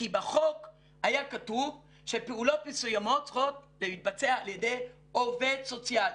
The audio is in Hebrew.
כי בחוק היה כתוב שפעולות מסוימות צריכות להתבצע על ידי עובד סוציאלי.